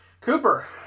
Cooper